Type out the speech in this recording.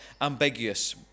ambiguous